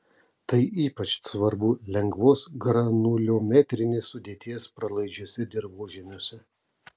tai ypač svarbu lengvos granuliometrinės sudėties pralaidžiuose dirvožemiuose